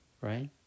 right